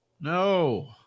no